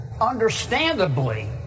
understandably